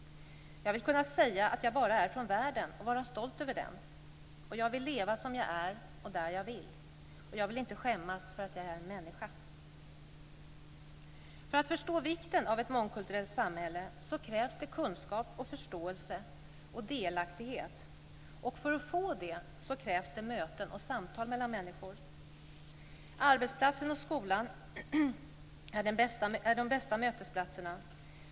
Jag vill kunna säga att jag bara är från världen och vara stolt över den. Jag vill leva som jag är och där jag vill. Jag vill inte skämmas för att jag är en människa." För att förstå vikten av ett mångkulturellt samhälle krävs det kunskap, förståelse och delaktighet, och för att få det krävs det möten och samtal mellan människor. Arbetsplatsen och skolan är de bästa mötesplatserna.